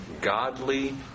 godly